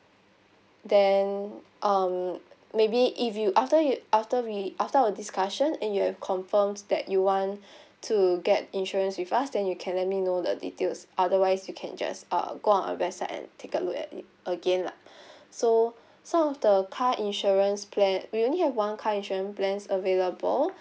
there um maybe if you after you after we after our discussion and you have confirmed that you want to get insurance with us then you can let me know the details otherwise you can just uh go on our website and take a look at it again lah so some of the car insurance plan we only have one car insurance plan available